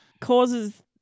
causes